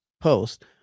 post